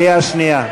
3